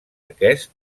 aquest